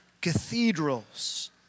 cathedrals